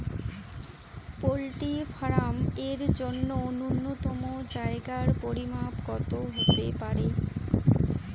Poultry farm এর জন্য নূন্যতম জায়গার পরিমাপ কত হতে পারে?